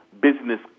business